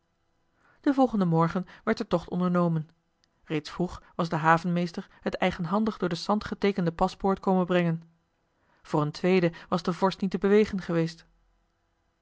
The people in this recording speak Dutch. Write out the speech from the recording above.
den volgenden morgen werd de tocht ondernomen reeds vroeg was de havenmeester het eigenhandig door den sant geteekende paspoort komen brengen voor een tweede was de vorst niet te bewegen geweest